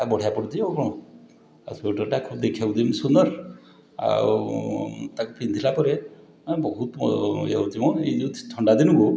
ଆଉ ବଢ଼ିଆ ପଡ଼ିଛି ଆଉ କ'ଣ ଆଉ ସ୍ଵେଟରଟା ଦେଖିବାକୁ ଯେମିତି ସୁନ୍ଦର ଆଉ ତାକୁ ପିନ୍ଧିଲା ପରେ ବହୁତ ମୋ ଇଏ ହେଉଛି ମ ଯେଉଁ ଥଣ୍ଡା ଦିନକୁ